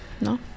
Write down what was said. no